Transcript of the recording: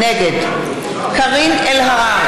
נגד קארין אלהרר,